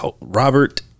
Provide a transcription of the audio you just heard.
Robert